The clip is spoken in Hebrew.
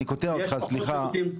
אני קוטע אותך סליחה,